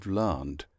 learned